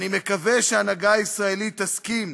אני מקווה שההנהגה הישראלית תסכים